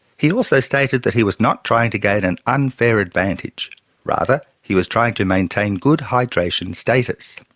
he also stated that he was not trying to gain an unfair advantage rather, he was trying to maintain good hydration status.